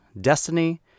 destiny